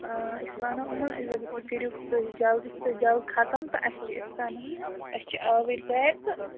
أسۍ وَنو یِمَن أسۍ دَپوکھ یہِ کٔرِو تُہۍ جلدی سُہ جل ختم تہٕ اَسہِ چھِ اِتھ کَنَن اَسہِ چھِ آوٕرۍ گَرِ تہٕ